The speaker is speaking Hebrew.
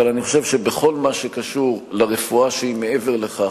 אבל אני חושב שבכל מה שקשור ברפואה שהיא מעבר לכך,